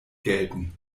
gelten